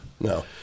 no